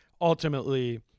ultimately